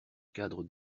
cadre